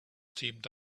teamed